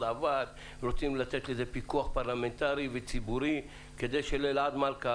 עבד ורוצים לתת לזה פיקוח פרלמנטרי וציבורי כדי שלאלעד מלכא